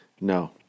No